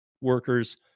workers